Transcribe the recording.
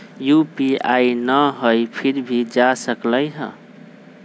UPI न हई फिर भी जा सकलई ह?